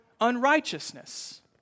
unrighteousness